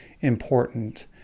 important